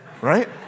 right